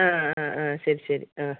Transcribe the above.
ആ ആ ആ ശരി ശരി ആ